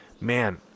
Man